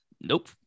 Nope